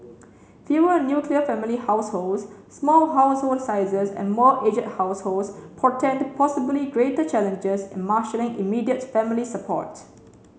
fewer nuclear family households small household sizes and more aged households portend possibly greater challenges in marshalling immediate family support